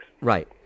Right